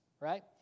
right